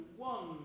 one